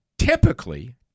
Typically